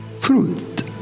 fruit